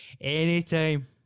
Anytime